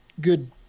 good